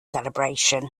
celebrations